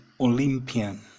Olympian